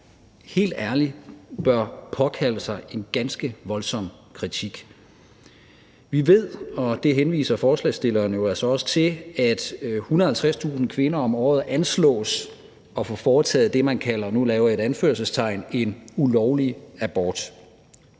helt ærligt bør påkalde sig en ganske voldsom kritik. Vi ved, og det henviser forslagsstillerne jo altså også til, at 150.000 kvinder om året anslås at få foretaget det, man i anførselstegn kalder en ulovlig abort.